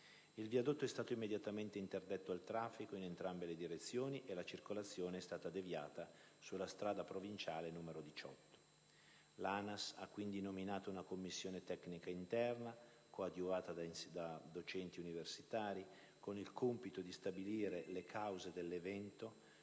Il viadotto è stato immediatamente interdetto al traffico in entrambe le direzioni e la circolazione è stata deviata sulla strada provinciale n. 18. L'ANAS ha quindi nominato una commissione tecnica interna, coadiuvata da docenti universitari, con il compito di stabilire le cause dell'evento,